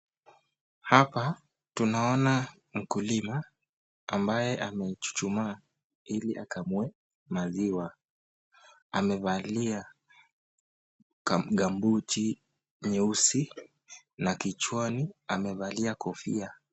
Hapa tunaona mkulima ambaye ambaye amejichuma ili akamue maziwa. Amevalia kambuti nyeusi na kichwani amevalia kofia.